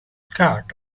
cards